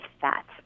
fat